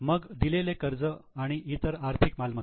मग दिलेले कर्ज आणि इतर आर्थिक मालमत्ता